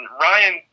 Ryan